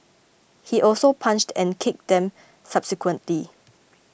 he also punched and kicked them subsequently